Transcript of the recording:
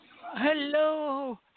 Hello